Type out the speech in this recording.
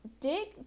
Dig